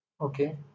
okay